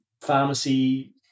pharmacy